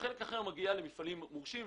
חלק אחר מגיע למפעלים מורשים.